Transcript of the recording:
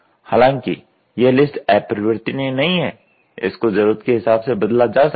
हालांकि यह लिस्ट अपरिवर्तनीय नहीं है इसको जरूरत के हिसाब से बदला जा सकता है